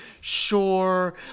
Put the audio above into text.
sure